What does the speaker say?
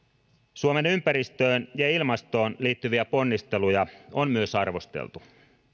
suomen ympäristöön ja ilmastoon liittyviä ponnisteluja on myös arvosteltu